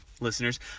listeners